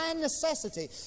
necessity